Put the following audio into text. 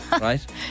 right